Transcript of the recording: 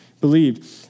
believed